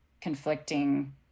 conflicting